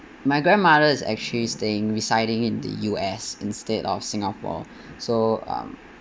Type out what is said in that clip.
my grandmother is actually staying residing in the U_S instead of singapore so um